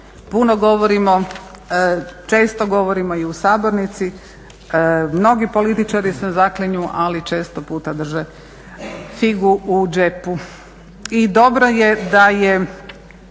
puno govorimo, često govorimo i u sabornici. Mnogi političari se zaklinju, ali često puta drže figu u džepu.